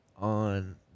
on